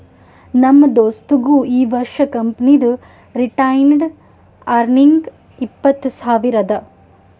ನಮ್ ದೋಸ್ತದು ಈ ವರ್ಷ ಕಂಪನಿದು ರಿಟೈನ್ಡ್ ಅರ್ನಿಂಗ್ ಇಪ್ಪತ್ತು ಸಾವಿರ ಅದಾ